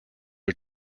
are